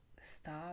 stop